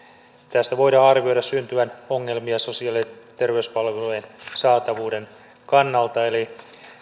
tästä voidaan arvioida syntyvän ongelmia sosiaali ja terveyspalvelujen saatavuuden kannalta eli